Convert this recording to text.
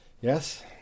Yes